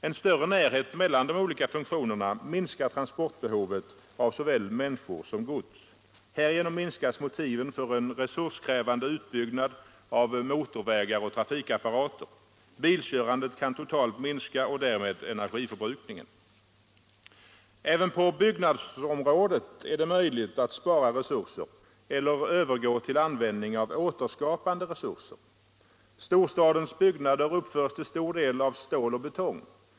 En större närhet mellan de olika funktionerna minskar transportbehovet av såväl människor som gods. Härigenom minskas motiven för en resurskrävande utbyggnad av motorvägar och trafikapparater. Bilkörandet kan totalt minska och därmed energiförbrukningen. Även på byggnadsområdet är det möjligt att spara resurser eller att övergå till ökad användning av återskapande resurser. Storstadens byggnader uppförs till stor del av stål och betong.